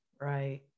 Right